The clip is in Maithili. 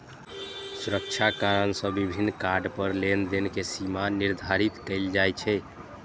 सुरक्षा कारण सं विभिन्न कार्ड पर लेनदेन के सीमा निर्धारित कैल जाइ छै